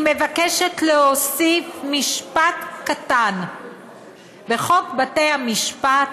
היא מבקשת להוסיף משפט קטן בחוק בתי המשפט,